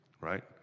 right